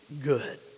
good